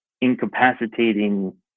incapacitating